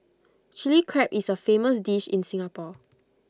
Chilli Crab is A famous dish in Singapore